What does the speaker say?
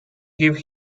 give